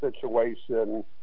situation